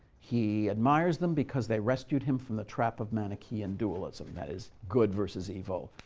he admires them because they rescued him from the trap of manichean dualism that is, good versus evil,